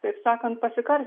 taip sakant pasikarti